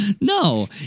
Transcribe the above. No